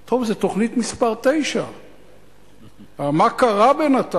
טוב, זו תוכנית מס' 9. אבל מה קרה בינתיים?